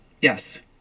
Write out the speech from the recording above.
yes